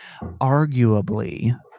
arguably